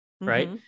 right